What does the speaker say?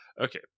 okay